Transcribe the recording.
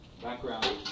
background